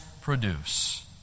produce